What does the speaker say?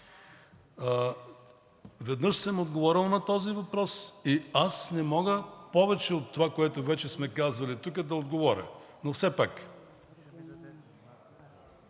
Веднъж съм отговорил на този въпрос и аз не мога повече от това, което вече сме казвали тук, да отговоря, но все пак